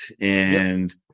And-